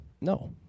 No